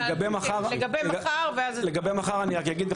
לגבי מחר ואני רק אגיד,